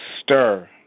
stir